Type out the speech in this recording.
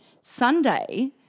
Sunday –